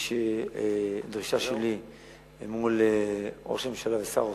יש דרישה שלי מול ראש הממשלה ושר האוצר,